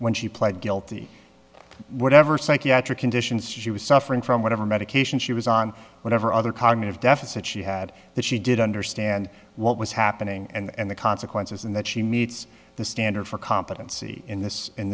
when she pled guilty to whatever psychiatric conditions she was suffering from whatever medication she was on whatever other cognitive deficit she had that she did understand what was happening and the consequences and that she meets the standard for competency in this in